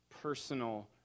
personal